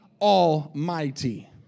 Almighty